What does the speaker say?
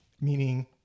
meaning